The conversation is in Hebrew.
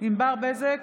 ענבר בזק,